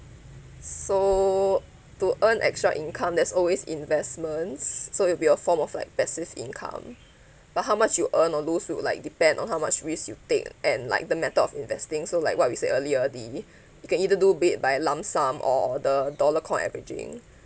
so to earn extra income there's always investments so if your form of like passive income but how much you earn or lose will like depend on how much risk you take and like the method of investing so like what we said earlier the you can either do bait by lump sum or the dollar coin averaging